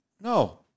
No